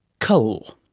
coal.